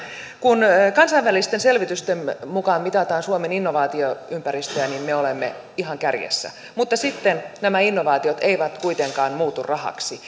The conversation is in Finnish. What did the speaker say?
kun kansainvälisten selvitysten mukaan mitataan suomen innovaatioympäristöä niin me olemme ihan kärjessä mutta sitten nämä innovaatiot eivät kuitenkaan muutu rahaksi